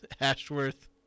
Ashworth